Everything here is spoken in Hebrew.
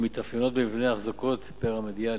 ומתאפיינות במבנה אחזקות פירמידלי,